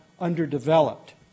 underdeveloped